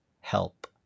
help